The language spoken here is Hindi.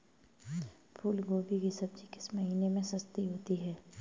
फूल गोभी की सब्जी किस महीने में सस्ती होती है?